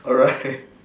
alright